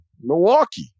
Milwaukee